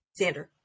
Xander